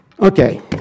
Okay